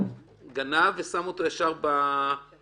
גנב ושם אותו ישר באש